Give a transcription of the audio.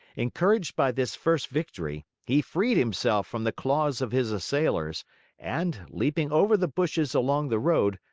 encouraged by this first victory, he freed himself from the claws of his assailers and, leaping over the bushes along the road,